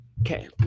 Okay